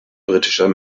britischer